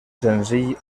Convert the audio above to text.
senzill